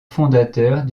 fondateurs